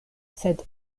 sed